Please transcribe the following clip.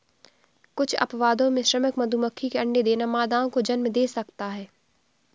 कुछ अपवादों में, श्रमिक मधुमक्खी के अंडे देना मादाओं को जन्म दे सकता है